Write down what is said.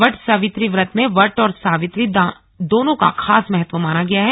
what Savitri व्रत में वट और सावित्री दोनों का खास महत्व माना गया है